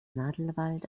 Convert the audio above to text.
nadelwald